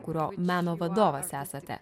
kurio meno vadovas esate